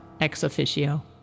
ex-officio